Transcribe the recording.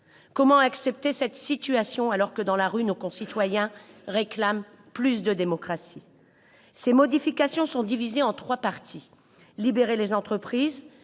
Comment accepter cette situation, alors que, dans la rue, nos concitoyens réclament davantage de démocratie ? Ces modifications sont divisées en trois parties : libérer les entreprises,